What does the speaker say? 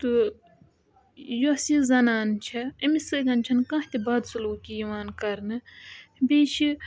تہٕ یۄس یہِ زَنان چھےٚ أمِس سۭتۍ چھُنہٕ کانٛہہ تہِ بدسلوٗکی یِوان کَرنہٕ بیٚیہِ چھِ